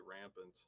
rampant